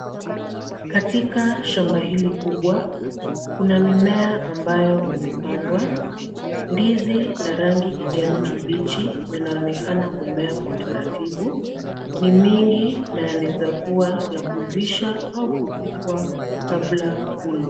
Katika shamba hili kubwa kuna mimea ambayo umepandwa. Ndizi la rangi kijani kibichi linaonekana kumea kwa utaratibu, ni mingi na yanaeza kuwa la kuivisha au kupikwa kabla ulwe.